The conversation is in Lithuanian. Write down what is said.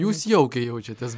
jūs jaukiai jaučiatės